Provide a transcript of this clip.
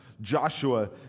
Joshua